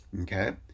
Okay